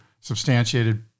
substantiated